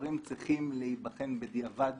שהדברים צריכים להיבחן בדיעבד